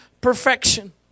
perfection